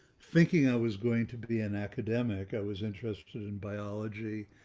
thinking i was going to be an academic, i was interested in biology.